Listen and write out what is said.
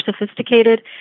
sophisticated